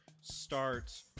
start